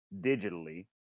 digitally